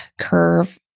curve